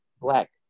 Black